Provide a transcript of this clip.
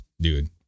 dude